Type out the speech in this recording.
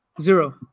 Zero